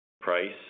Price